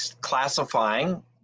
classifying